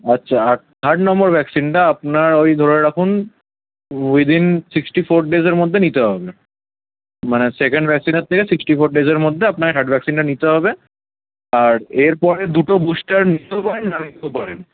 আচ্চা আর third number ভ্যাকসিনটা আপনার ওই ধরে রাখুন ওই দিন সিক্সটি ফোর ড্রেসের মধ্যে নিতে হবে মানে সেকেন্ড ভ্যাকসিনের থেকে সিক্সটি ফোর ডেসের মধ্যে আপনায় থার্ড ভ্যাকসিনটা নিতে হবে আর এরপরে দুটো বুস্টার নিতেও পারেন না নিতেও পারেন